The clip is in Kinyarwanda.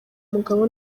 umugabo